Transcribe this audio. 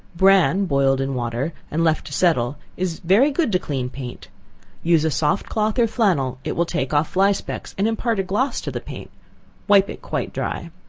bran boiled in water, and left to settle, is very good to clean paint use a soft cloth or flannel it will take off fly specks and impart a gloss to the paint wipe it quite dry.